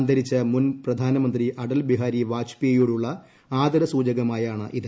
അന്തരിച്ച മുൻ പ്രധാനമന്ത്രി അടൽ ബിഹാരി വാജ്പേയോടുള്ള ആദര സൂചകമായാണ് ഇത്